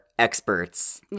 experts